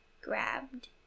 grabbed